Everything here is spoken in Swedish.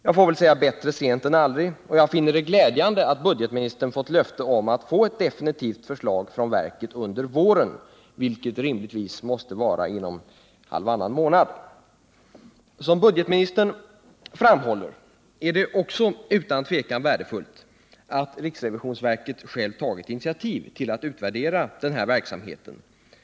Det är bättre sent än aldrig, och jag finner det glädjande att budgetministern fått löfte om ett definitivt förslag från verket under våren, vilket rimligtvis måste vara inom halvannan månad. Som budgetministern framhåller är det också utan tvekan värdefullt att riksrevisionsverket självt tagit initiativ till att utvärdera den här verksamheten.